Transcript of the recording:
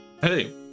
hey